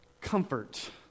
comfort